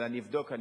אני אבדוק.